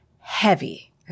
heavy